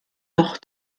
doch